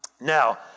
Now